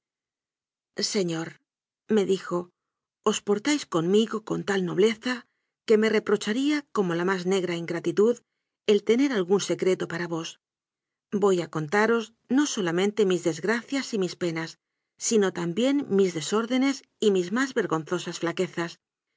señorme dijo os portáis conmigo con tal nobleza que me reprocharía como la más negra ingratitud el tener algún ser oto para vos voy a contaros no solamente mis desgracias y mis penas sino también mis desórdenes y mis más vergonzosas flaquezas